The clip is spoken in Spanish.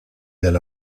del